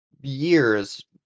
years